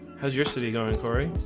how's your city going cory